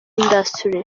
industry